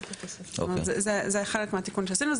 זה חלק מהתיקון שעשינו.